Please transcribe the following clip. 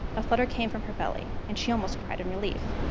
a flutter came from her belly and she almost cried in relief.